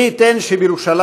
מי ייתן שבירושלים,